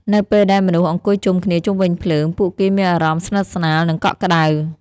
នៅពេលដែលមនុស្សអង្គុយជុំគ្នាជុំវិញភ្លើង ពួកគេមានអារម្មណ៍ស្និទ្ធស្នាល និងកក់ក្ដៅ។